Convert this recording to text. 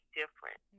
different